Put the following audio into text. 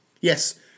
Yes